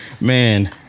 man